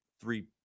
three